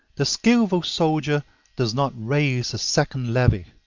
the skillful soldier does not raise a second levy,